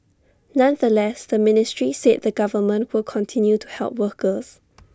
nonetheless the ministry said the government will continue to help workers